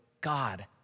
God